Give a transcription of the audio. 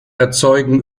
erzeugen